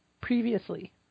previously